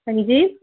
हंजी